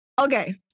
okay